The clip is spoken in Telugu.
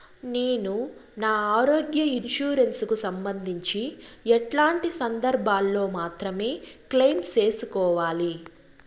నేను నా ఆరోగ్య ఇన్సూరెన్సు కు సంబంధించి ఎట్లాంటి సందర్భాల్లో మాత్రమే క్లెయిమ్ సేసుకోవాలి?